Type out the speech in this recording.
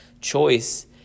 choice